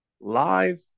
live